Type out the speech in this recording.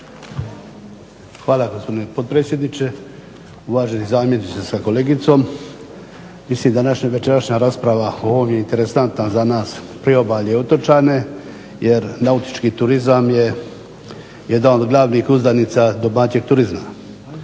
Hvala gospodine potpredsjedniče. Uvaženi zamjeniče sa kolegicom. Mislim da naša večerašnja rasprava o ovome je interesantna za nas priobalje i otočane jer nautički turizam je jedan od glavnih uzdanica domaćeg turizma.